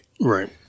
Right